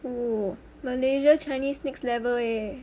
oo malaysia chinese next level eh